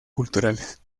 culturales